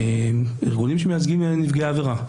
ארגונים שמייצגים נפגעי עבירה.